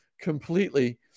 completely